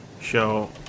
show